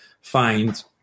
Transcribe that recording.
find